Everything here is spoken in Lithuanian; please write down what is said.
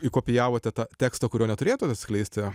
įkopijavote tą tekstą kurio neturėtumėte atskleisti